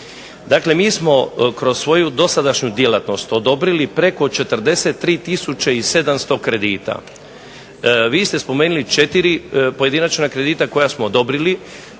Dakle, mi smo kroz svoju dosadašnju djelatnost odobrili preko 43 tisuće i 700 kredita. Vi ste spomenuli četiri pojedinačna kredita koja smo odobrili,